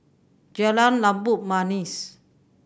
Jalan Labu Manis